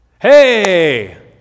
Hey